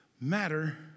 matter